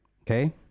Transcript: okay